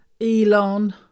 Elon